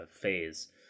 phase